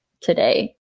today